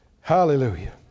Hallelujah